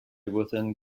within